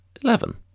eleven